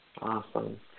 Awesome